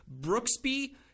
Brooksby